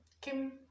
Kim